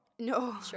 No